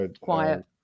Quiet